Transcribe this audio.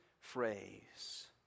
phrase